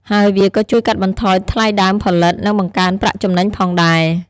ហើយវាក៏ជួយកាត់បន្ថយថ្លៃដើមផលិត និងបង្កើនប្រាក់ចំណេញផងដែរ។